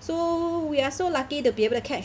so we are so lucky to be able to catch